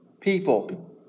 people